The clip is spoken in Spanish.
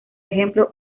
ejemplo